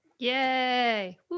Yay